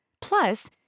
Plus